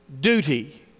duty